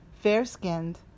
fair-skinned